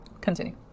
continue